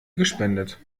gespendet